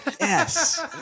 yes